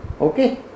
okay